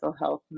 health